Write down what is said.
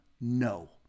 no